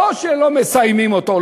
לא שלא מסיימים אותו,